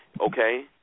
okay